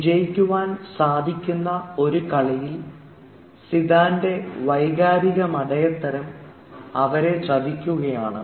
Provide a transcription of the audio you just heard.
വിജയിക്കുവാൻ സാധിക്കുന്ന ഒരു കളിയിൽ സിഡാൻറെ വൈകാരിക മഠയത്തരം അവരെ ചതിക്കുകയാണ്